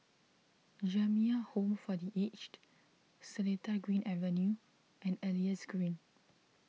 Jamiyah Home for the Aged Seletar Green Avenue and Elias Green